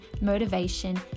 motivation